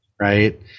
right